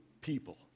people